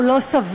היא לא סבירה.